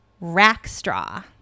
Rackstraw